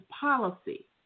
policy